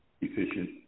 efficient